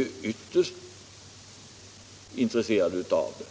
Vi är ytterst intresserade av det,